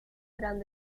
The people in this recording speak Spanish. gran